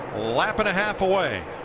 lap and a half away.